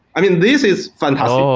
i mean, this is fantastic.